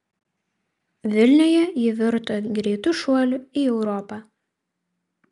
vilniuje ji virto greitu šuoliu į europą